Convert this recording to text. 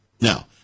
Now